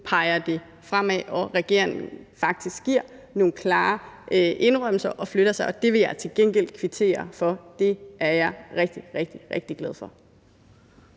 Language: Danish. peger det fremad. Regeringen giver faktisk nogle klare indrømmelser og flytter sig, og det vil jeg til gengæld kvittere for. Det er jeg rigtig, rigtig glad for.